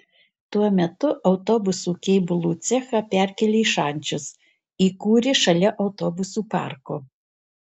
tuo metu autobusų kėbulų cechą perkėlė į šančius įkūrė šalia autobusų parko